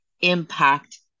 impact